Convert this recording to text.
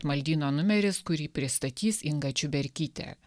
maldyno numeris kurį pristatys inga čiuberkytė